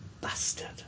bastard